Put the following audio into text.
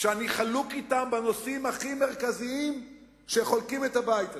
שאני חלוק אתם בנושאים הכי מרכזיים שמחלקים את הבית הזה.